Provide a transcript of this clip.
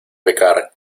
pecar